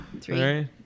three